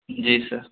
جی سر